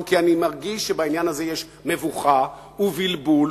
כי אני מרגיש שבעניין הזה יש מבוכה ובלבול,